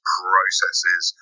processes